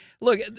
look